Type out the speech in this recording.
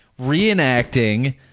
reenacting